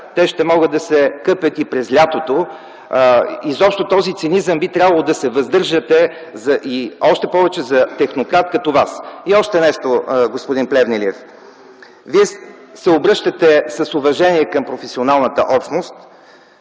те ще могат да се къпят и през лятото? Изобщо този цинизъм! Би трябвало да се въздържате – и още повече, за технократ като Вас! И още нещо, господин Плевнелиев. Вие се обръщате с уважение към професионалната общност: